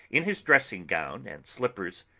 in his dressing gown and slippers,